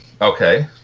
okay